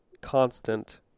constant